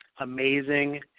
amazing